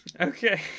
Okay